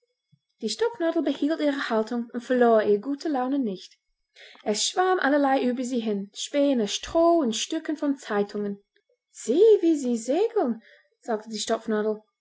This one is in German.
die stopfnadel behielt ihre haltung und verlor ihre gute laune nicht es schwamm allerlei über sie hin späne stroh und stücken von zeitungen sieh wie sie segeln sagte die